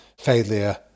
failure